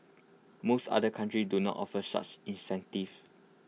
most other countries do not offer such incentives